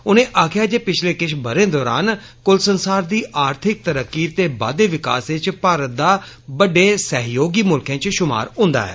उनै आखेया जे पिच्छले बरे दौरान क्ल संसार दे आर्थिक तरक्की ते बाद्धे विकास इच भारत दा बड्डे सहयोगी मुल्खै इच शुमार होन्दा ऐ